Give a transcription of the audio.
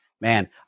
Man